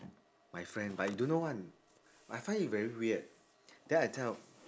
my friend but you don't know one but I find it very weird then I tell